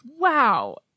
wow